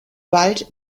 wald